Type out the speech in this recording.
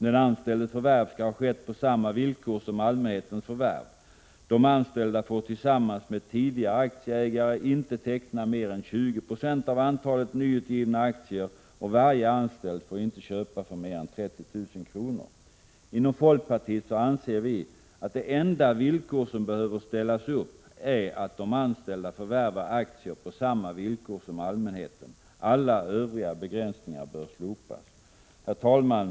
Den anställdes förvärv skall ha skett på samma villkor som allmänhetens förvärv. De anställda får tillsammans med tidigare aktieägare inte teckna mer än 20 6 av antalet nyutgivna aktiér, och varje anställd får inte köpa för mera än 30 000 kr. Inom folkpartiet anser vi att det enda villkor som behöver ställas upp är att de anställda förvärvar aktier på samma villkor som allmänheten. Alla övriga begränsningar bör slopas. Herr talman!